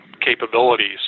capabilities